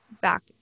back